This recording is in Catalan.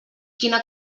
quina